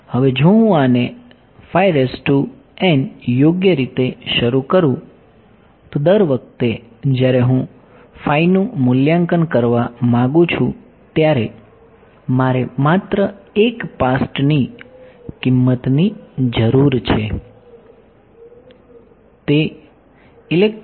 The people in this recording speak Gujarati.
હવે જો હું આને યોગ્ય રીતે શરૂ કરું તો દર વખતે જ્યારે હું psi નું મૂલ્યાંકન કરવા માંગુ છું ત્યારે મારે માત્ર એક પાસ્ટની કિંમતની જરૂર છે